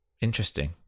Interesting